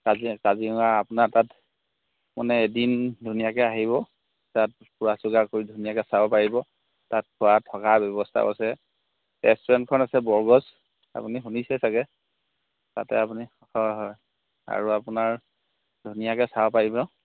কাজিৰঙা আপোনাৰ তাত মানে এদিন ধুনীয়াকৈ আহিব তাত ফুৰা চকা কৰি ধুনীয়াকৈ চাব পাৰিব তাত খোৱা থকা ব্যৱস্থাও আছে ৰেষ্টুৰেণ্টখন আছে বৰগছ আপুনি শুনিছেই চাগে তাতে আপুনি হয় হয় আৰু আপোনাৰ ধুনীয়াকৈ চাব পাৰিব